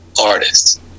artist